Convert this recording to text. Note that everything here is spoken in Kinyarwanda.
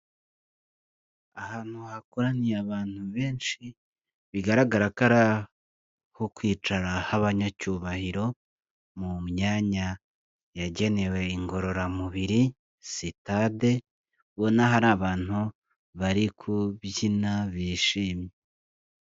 Ahantu hakoraniye abantu benshi bigaragara ko ari aho kwicara h'abanyacyubahiro, mu myanya yagenewe ingororamubiri sitade ubona hari abantu bari kubyina bishimye.